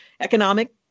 Economic